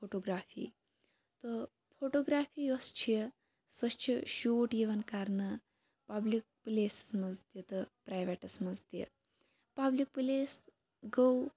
photography تہٕ photography یۄس چھِ سۄ چھِ شوٗٹ یِوان کَرنہٕ پَبلِک پلیسَس مَنٛز تہِ تہٕ پرایویٹَس مَنٛز تہِ پَبلِک پلیس گوٚو